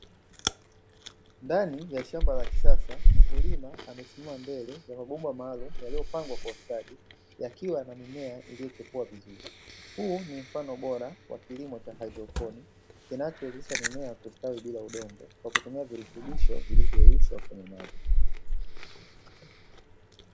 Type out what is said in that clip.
Ndani ya shamba la kisasa mkulima amesimama mbele ya mabomba maalumu yaliyopangwa kwa ustadi yakiwa yana mimea iliyochipua vizuri, huu ni mfano bora wa kilimo cha haidroponi kinachowezesha mimea kustawi bila udongo kwa kitumia virutubisho vilivyoyeyushwa kwenye maji.